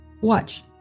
Watch